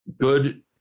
good